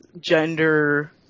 gender